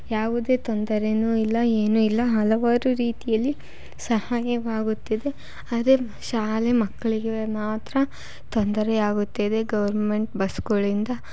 ಯಾವುದೇ ತೊಂದರೆಯೂ ಇಲ್ಲ ಏನೂ ಇಲ್ಲ ಹಲವಾರು ರೀತಿಯಲ್ಲಿ ಸಹಾಯವಾಗುತ್ತಿದೆ ಅದೇ ಶಾಲೆ ಮಕ್ಕಳಿಗೆ ಮಾತ್ರ ತೊಂದರೆಯಾಗುತ್ತಿದೆ ಗೌರ್ಮೆಂಟ್ ಬಸ್ಗಳಿಂದ